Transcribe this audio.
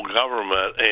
government